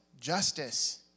justice